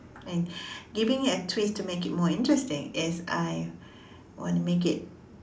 and giving it a twist to make it more interesting is I want to make it